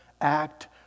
act